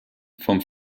vom